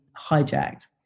hijacked